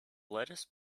lettuce